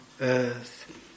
earth